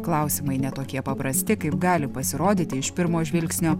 klausimai ne tokie paprasti kaip gali pasirodyti iš pirmo žvilgsnio